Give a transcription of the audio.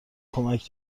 کمک